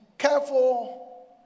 careful